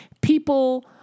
People